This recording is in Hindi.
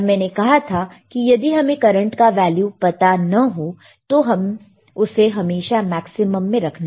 और मैंने कहा था कि यदि हमें करंट का वैल्यू पता ना हो तो हम उसे हमेशा मैक्सिमम में रखना चाहिए